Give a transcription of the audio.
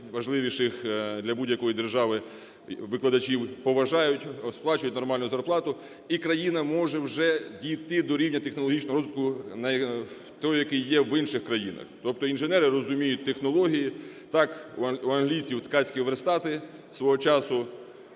найважливіших для будь-якої держави – викладачів поважають, сплачують нормальну зарплату і країна може вже дійти до рівня технологічного розвитку того, який є в інших країнах. Тобто інженери розуміють технології. Так, у англійців ткацькі верстати свого часу